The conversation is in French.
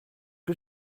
que